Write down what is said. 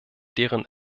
deren